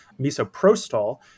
misoprostol